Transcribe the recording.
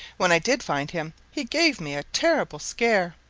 when i did find him, he gave me a terrible scare.